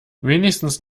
wenigstens